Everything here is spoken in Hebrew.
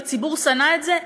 והציבור שנא את זה,